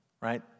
right